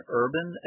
urban